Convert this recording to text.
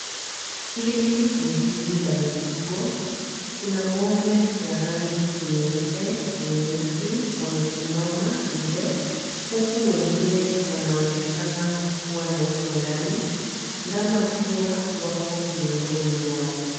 Hili ni zizi la mifugo, kuna ng'ombe wa rangi nyeupe na nyeusi wamesimama nje huku wengine wanaonekana kuwa na huko ndani, ndama pia wako miongoni mwao.